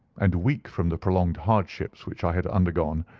and weak from the prolonged hardships which i had undergone,